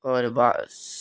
होर बस